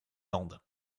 landes